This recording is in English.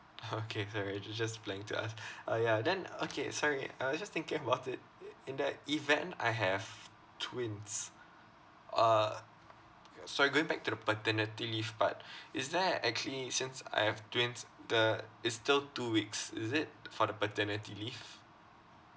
okay sorry ju~ just planning to ask uh ya then okay sorry uh I was just thinking about it in the event I have twins uh K sorry going back to the paternity leave part is there actually since I have twins the it's still two weeks is it for the paternity leave